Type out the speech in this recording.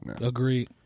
Agreed